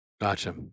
Gotcha